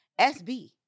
SB